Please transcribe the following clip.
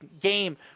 game